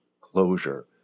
closure